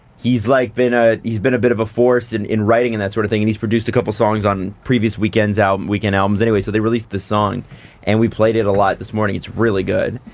he's like been a he's been a bit of a force and in writing and that sort of thing and he's produced a couple songs on previous weekend's weekend albums anyway, so they released the song and we played it a lot this morning. it's really good.